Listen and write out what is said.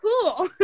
cool